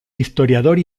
historiador